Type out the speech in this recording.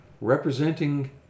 representing